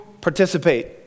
participate